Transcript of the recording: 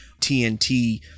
TNT